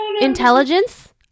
Intelligence